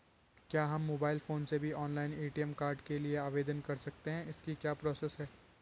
क्या हम mobile phone से भी ऑनलाइन ए.टी.एम कार्ड के लिए आवेदन कर सकते हैं इसकी क्या प्रोसेस है?